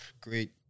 great